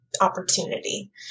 opportunity